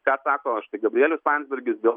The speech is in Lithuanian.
ką sako štai gabrielius landsbergis dėl